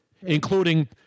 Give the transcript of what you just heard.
including